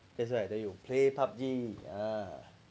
that's why I tell you play P_U_B_G ah